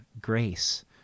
grace